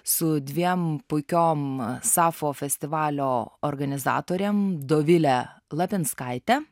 su dviem puikiom sapfo festivalio organizatorėm dovilė lapinskaitė